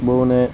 Pune